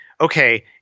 okay